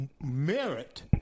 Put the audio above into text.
merit